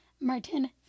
Martin